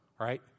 Right